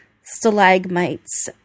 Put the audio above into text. stalagmites